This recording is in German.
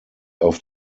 auf